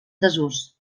desús